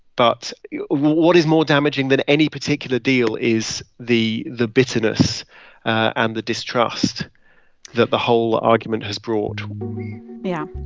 but what is more damaging than any particular deal is the the bitterness and the distrust that the whole argument has brought yeah.